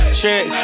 check